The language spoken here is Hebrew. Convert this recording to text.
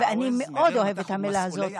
ואני מאוד אוהב את המילה הזאת,